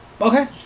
Okay